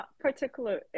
particular